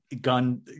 gun